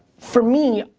for me,